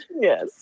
yes